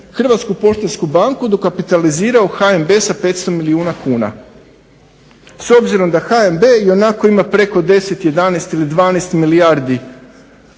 Hrvatsku poštansku banku dokapitalizirao HNB sa 500 milijuna kuna, s obzirom da HNB ionako ima preko 10, 11 ili 12 milijardi